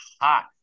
hot